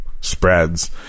spreads